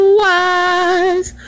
wise